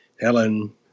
Helen